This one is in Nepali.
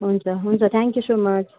हुन्छ हुन्छ थ्याङ्क्यु सो मच्